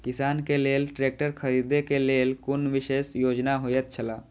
किसान के लेल ट्रैक्टर खरीदे के लेल कुनु विशेष योजना होयत छला?